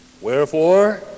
Wherefore